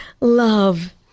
love